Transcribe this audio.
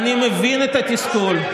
אני מבין את התסכול.